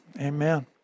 Amen